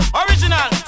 original